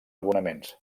abonaments